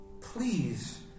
Please